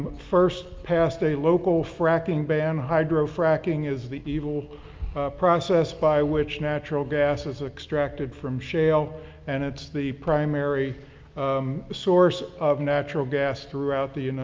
first passed a local fracking ban. hydro fracking is the eval process by which natural gas is extracted from shale and it's the primary source of natural gas throughout the you know